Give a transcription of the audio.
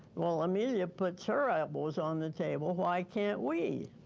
well, amelia puts her elbows on the table, why can't we?